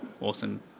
awesome